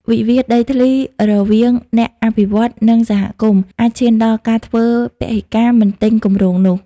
វិវាទដីធ្លីរវាងអ្នកអភិវឌ្ឍន៍ និងសហគមន៍ អាចឈានដល់ការធ្វើពហិការមិនទិញគម្រោងនោះ។